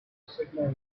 signal